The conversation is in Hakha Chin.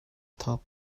thok